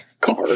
car